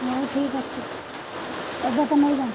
ହଉ ଠିକ୍ ଅଛି ଏବେ ତ ନେଇ ଯାଆନ୍ତୁ